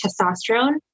testosterone